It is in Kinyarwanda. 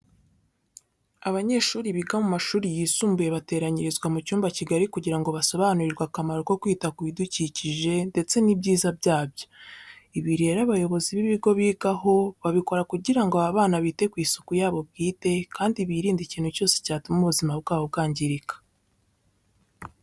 Abanyeshuri biga mu mashuri yisumbuye bateranyirizwa mu cyumba kigari kugira ngo basobanurirwe akamaro ko kwita ku bidukikije ndetse n'ibyiza byabyo. Ibi rero abayobozi b'ibigo bigaho, babikora kugira ngo aba bana bite ku isuku yabo bwite kandi birinde ikintu cyose cyatuma ubuzima bwabo bwangirika.